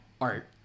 Art